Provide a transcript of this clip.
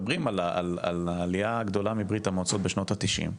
מדברים על העלייה הגדולה מברית המועצות בשנות התשעים.